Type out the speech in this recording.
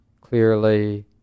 clearly